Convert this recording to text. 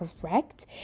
correct